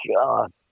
God